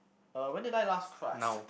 uh when did I last cry